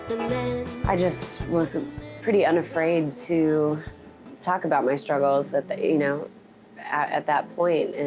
i just was pretty unafraid to talk about my struggles at that you know at that point, and